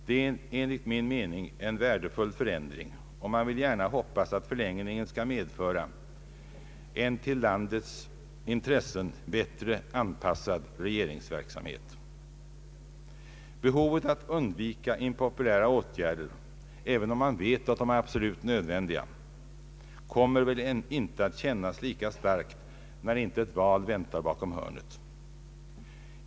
Det är enligt min mening en värdefull förändring, och man vill gärna hoppas att förlängningen skall medföra en till landets intressen bättre anpassad regeringsverksamhet. Behovet att undvika impopulära åtgärder, även om man vet att de är absolut nödvändiga, kommer väl inte att kännas lika starkt, när inte ett val väntar bakom hörnet.